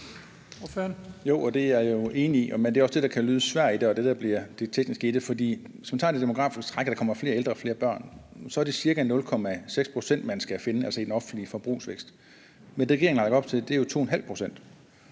(DD): Jo, og det er jeg enig i. Men det er også det, der kan lyde svært i det, og det, der bliver det tekniske i det. For hvis vi tager det demografiske træk, i forhold til at der kommer flere ældre og flere børn, så er det ca. 0,6 pct., man skal finde i den offentlige forbrugsvækst. Men det, regeringen har lagt op til, er jo 2½ pct.